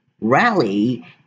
rally